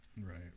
Right